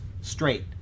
straight